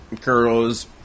girls